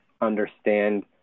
understand